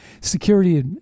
security